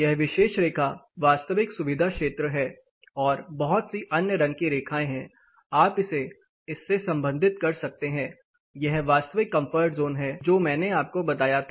यह विशेष रेखा वास्तविक सुविधा क्षेत्र है और बहुत सी अन्य रंग की रेखाएँ हैं आप इसे इससे संबंधित कर सकते हैं यह वास्तविक कंफर्ट जोन है जो मैंने आपको बताया था